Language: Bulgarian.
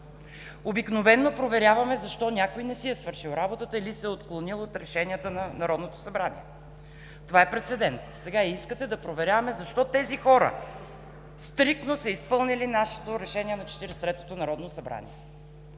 Обикновено проверяваме защо някой не си е свършил работата или се е отклонил от решенията на Народното събрание. Това е прецедент. Сега искате да проверяваме защо тези хора стриктно са изпълнили решение на Четиридесет и третото народно събрание.